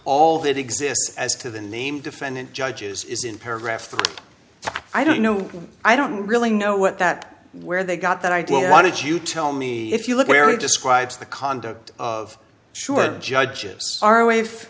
all that exists as to the name defendant judges is in paragraph three i don't know i don't really know what that where they got that idea why don't you tell me if you look where it describes the conduct of sure judges are wa